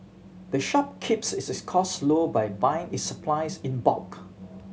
the shop keeps its cost low by buying its supplies in bulk